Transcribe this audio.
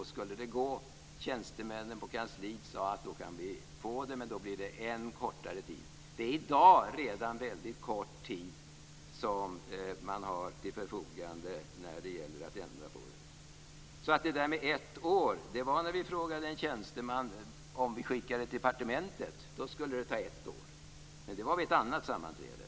Tjänstemännen på kansliet sade att det skulle gå, men då blir det än kortare tid. Det är redan i dag kort tid till förfogande. Det skulle ta ett år om vi skickade ärendet till departementet. Det framkom vid ett annat sammanträde.